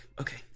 okay